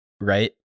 right